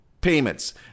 payments